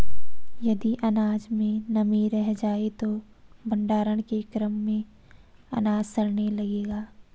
यदि अनाज में नमी रह जाए तो भण्डारण के क्रम में अनाज सड़ने लगेगा